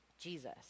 Jesus